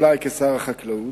לי כשר החקלאות,